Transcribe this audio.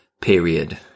period